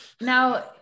Now